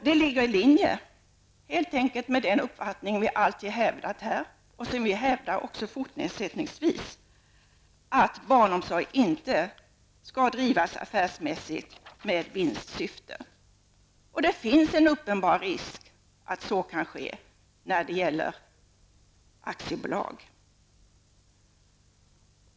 Det ligger i linje med den uppfattning som vi alltid har hävdat, och som vi fortfarande hävdar, nämligen att barnomsorg inte skall drivas affärsmässigt med vinstsyfte, och det finns en uppenbar risk att så kan ske när det gäller aktiebolag.